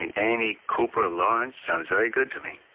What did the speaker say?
and annie cooper lawrence sounds very good to me.